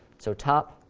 so top,